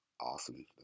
awesome